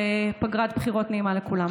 פגרת בחירות נעימה לכולם.